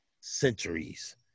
centuries